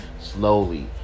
slowly